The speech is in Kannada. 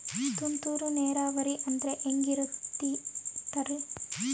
ತುಂತುರು ನೇರಾವರಿ ಅಂದ್ರೆ ಹೆಂಗೆ ಇರುತ್ತರಿ?